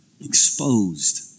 exposed